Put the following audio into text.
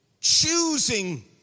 choosing